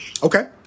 Okay